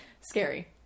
Scary